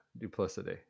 duplicity